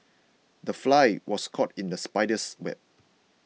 the fly was caught in the spider's web